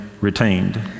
retained